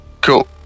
Cool